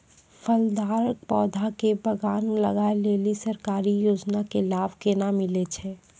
फलदार पौधा के बगान लगाय लेली सरकारी योजना के लाभ केना मिलै छै?